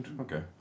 okay